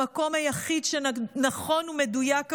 למקום היחיד שנכון ומדויק עבורו,